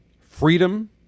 Freedom